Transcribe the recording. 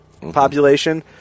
population